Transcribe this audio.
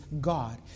God